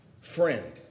friend